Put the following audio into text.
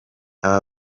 aba